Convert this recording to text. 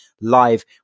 live